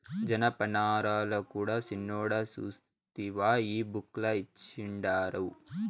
జనపనారల కూడా సిన్నోడా సూస్తివా ఈ బుక్ ల ఇచ్చిండారు